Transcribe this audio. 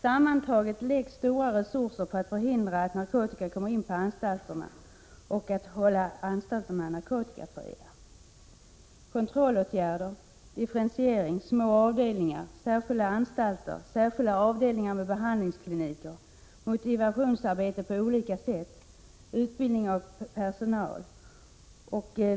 Sammantaget läggs stora resurser på att förhindra att narkotika kommer in på anstalterna och att hålla anstalterna narkotikafria genom kontrollåtgärder, differentiering, små avdelningar, särskilda anstalter, särskilda avdelningar med behandlingskliniker, motivationsarbete på olika sätt och utbildning av personal.